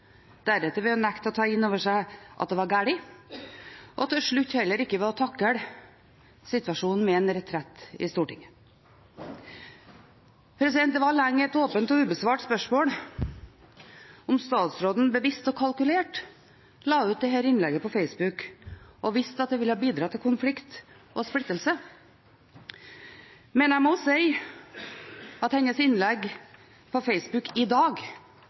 deretter ved å nekte å ta inn over seg at det var galt, og til slutt ved heller ikke å takle situasjonen med en retrett i Stortinget. Det var lenge et åpent og ubesvart spørsmål om statsråden bevisst og kalkulert la ut dette innlegget på Facebook og visste at det ville bidra til konflikt og splittelse, men jeg må si at hennes innlegg på Facebook i dag